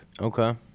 Okay